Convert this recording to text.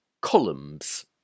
columns